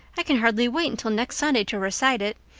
i can hardly wait until next sunday to recite it.